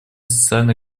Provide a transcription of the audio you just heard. социально